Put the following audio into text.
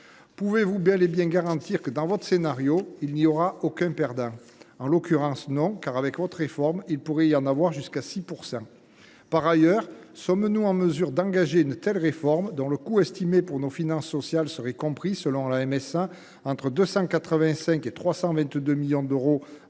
Pouvez vous bel et bien garantir que votre scénario ne fera aucun perdant ? Oui ! En l’occurrence, non ! Avec votre réforme, il pourrait y en avoir jusqu’à 6 %… Par ailleurs, sommes nous en mesure d’engager une telle réforme, dont le coût estimé pour nos finances sociales serait compris, selon la MSA, entre 285 millions et 322 millions d’euros